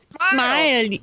smile